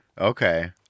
Okay